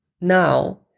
now